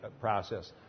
process